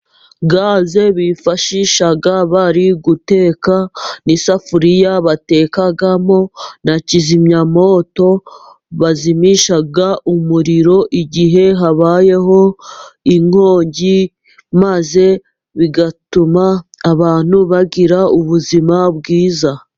Gaze bifashisha bari guteka n'isafuriya batekamo ,na kizimyamoto bazimisha umuriro igihe habayeho inkongi ,maze bigatuma abantu bagira ubuzima bwiza.